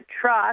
trust